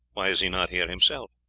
why is he not here himself?